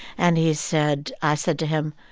and he said i said to him,